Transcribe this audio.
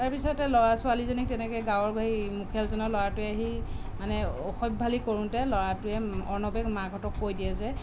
তাৰ পিছতে ল'ৰা ছোৱালীজনীক তেনেকে গাঁৱৰ সেই মুখিয়ালজনৰ ল'ৰাটোৱে আহি মানে অসভ্যালি কৰোঁতে ল'ৰাটোৱে অৰ্ণৱে মাকহঁতক কৈ দিয়ে যে